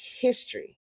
history